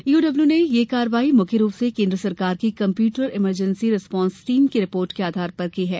EOW ने यह कार्रवाई मुख्य रूप से केंद्र सरकार की कंप्यूटर इमरजेंसी रिस्पांस टीम की रिपोर्ट के आधार पर की है